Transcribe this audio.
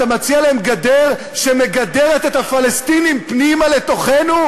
אתה מציע להם גדר שמגדרת את הפלסטינים פנימה לתוכנו?